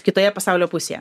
kitoje pasaulio pusėje